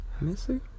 Missy